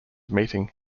meeting